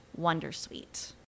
Wondersuite